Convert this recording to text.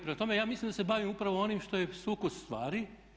Prema tome, ja mislim da se bavim upravo onim što je sukus stvari.